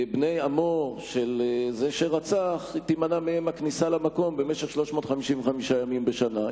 בני עמו של זה שרצח תימנע מהם הכניסה למקום במשך 355 ימים בשנה?